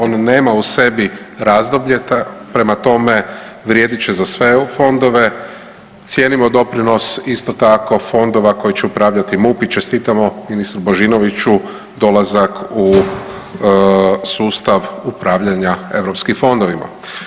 On nema u sebi razdoblje, prema tome vrijedit će za sve eu fondove, cijenimo doprinos isto tako fondova koji će upravljati MUP i čestitamo ministru Božinović dolazak u sustav upravljanja europskim fondovima.